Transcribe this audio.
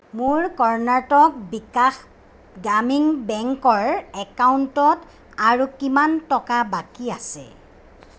মোৰ কৰ্ণাটক বিকাশ গ্ৰামীণ বেংকৰ একাউণ্টত আৰু কিমান টকা বাকী আছে